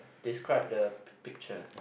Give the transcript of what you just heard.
describe the picture